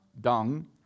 dung